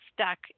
stuck